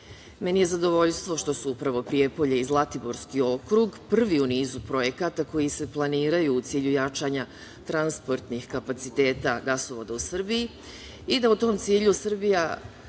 Meni je zadovoljstvo što su upravo Prijepolje i Zlatiborski okrug prvi u nizu projekata koji se planiraju u cilju jačanja transportnih kapaciteta gasovoda u Srbiji i da u tom cilju „Srbijagas“